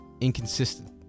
inconsistent